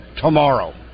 tomorrow